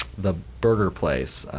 the burger place.